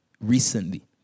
recently